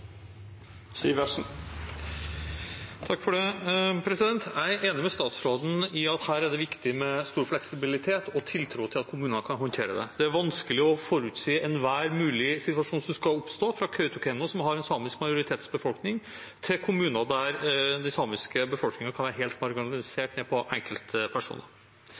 er enig med statsråden i at her er det viktig med stor fleksibilitet og tiltro til at kommunene kan håndtere det. Det er vanskelig å forutse enhver mulig situasjon som kan oppstå – fra Kautokeino, som har en samisk majoritetsbefolkning, til kommuner der den samiske befolkningen kan være helt marginalisert ned til enkeltpersoner.